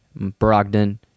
Brogdon